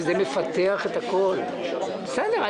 (הישיבה נפסקה בשעה 12:11 ונתחדשה בשעה 12:13.) אני